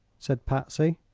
said patsy.